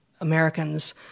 Americans